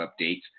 updates